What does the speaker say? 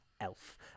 Elf